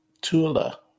Tula